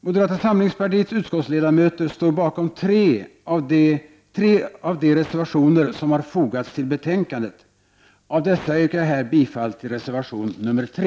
Moderata samlingspartiets utskottsledamöter står bakom tre av de reservationer som har fogats till betänkandet. Av dessa yrkar jag här bifall till reservation nr 3.